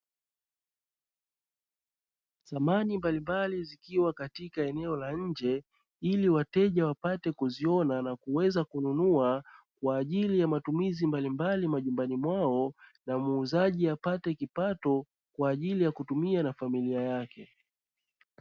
Thamani mbalimbali zikiwa katika eneo la nje, ili wateja wapate kuziona na kuweza kununua kwaajili ya matumizi mbalimbali majumbani mwao na muuzaji apate kipata kwaajili ya kutumia na familia yake.